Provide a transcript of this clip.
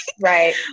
Right